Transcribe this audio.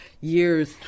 Years